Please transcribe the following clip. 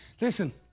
listen